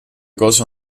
cose